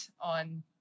on